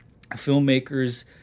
Filmmakers